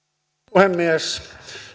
puhemies